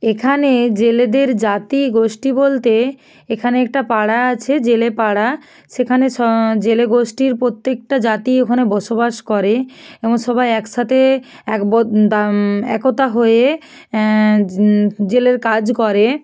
এখানে জেলেদের জাতি গোষ্ঠী বলতে এখানে একটা পাড়া আছে জেলে পাড়া সেখানে স জেলে গোষ্ঠীর প্রত্যেকটা জাতি ওখানে বসবাস করে এবং সবাই একসাথে একতা একতা হয়ে জেলের কাজ করে